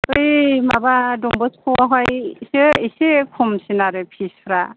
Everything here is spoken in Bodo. बै माबा डनबक्सक'आवहायसो एसे खमसिन आरो फिसफ्रा